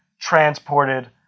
transported